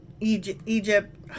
Egypt